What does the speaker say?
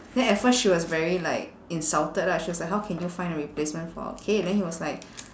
then at first she was very like insulted lah she was like how can you find a replacement for our kid then he was like